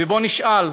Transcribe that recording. ובואו נשאל: